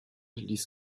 ließ